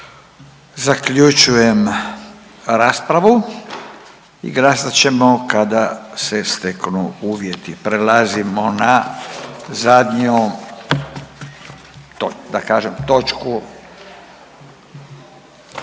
Zaključujem raspravu i glasat ćemo kada se steknu uvjeti. **Jandroković,